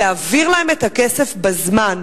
להעביר להם את הכסף בזמן.